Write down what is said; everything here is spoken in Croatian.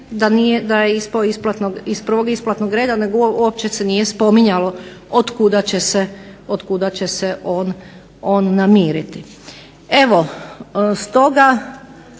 da je ispao iz prvog isplatnog reda, nego uopće se nije spominjalo od kuda će se on namiriti.